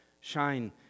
shine